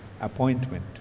appointment